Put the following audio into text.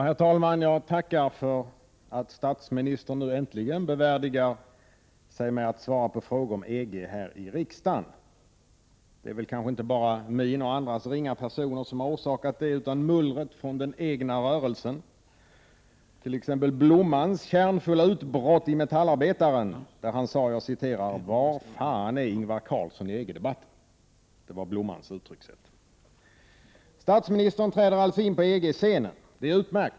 Herr talman! Jag tackar för att statsministern nu äntligen värdigas svara på frågor om EG här i kammaren. Det är kanske inte bara min och andras ringa personer som har orsakat det utan mullret från den egna rörelsen, t.ex. Blommans kärnfulla utbrott i Metallarbetaren: ”Var fan är Ingvar Carlsson i EG-debatten?” Det var Blommans uttryckssätt. Statsministern träder alltså in på EG-scenen. Det är utmärkt.